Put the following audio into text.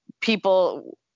people